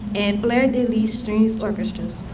and fleur-de-lis strings orchestras,